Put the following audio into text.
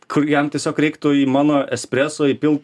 kur jam tiesiog reiktų į mano espreso įpilt